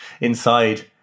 inside